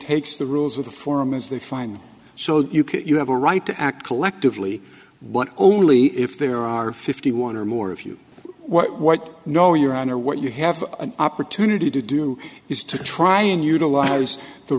takes the rules of the forum as they find so you have a right to act collectively one only if there are fifty one or more of you what no your honor what you have an opportunity to do is to try and utilize the